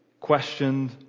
questioned